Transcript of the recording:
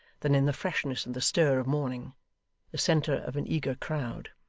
than in the freshness and the stir of morning the centre of an eager crowd.